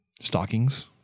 stockings